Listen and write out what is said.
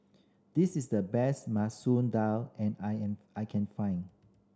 this is the best Masoor Dal and I am I can find